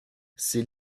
ses